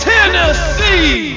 Tennessee